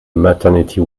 maternity